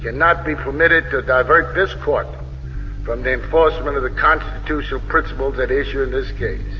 cannot be permitted to divert this court from the enforcement of the constitutional principles at issue in this case.